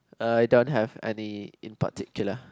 uh I don't have any in particular